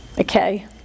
Okay